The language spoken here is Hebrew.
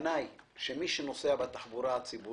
הכוונה היא שמי שנוסע בתחבורה הציבורית